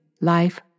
life